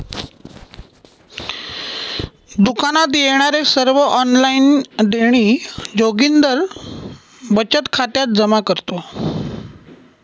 दुकानात येणारे सर्व ऑनलाइन देणी जोगिंदर बचत खात्यात जमा करतो